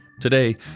Today